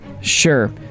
Sure